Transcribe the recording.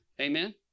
amen